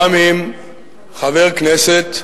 גם אם חבר כנסת,